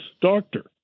doctor